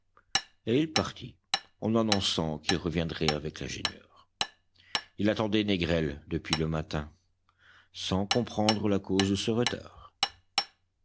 et il partit en annonçant qu'il reviendrait avec l'ingénieur il attendait négrel depuis le matin sans comprendre la cause de ce retard